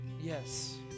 Yes